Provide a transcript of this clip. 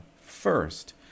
first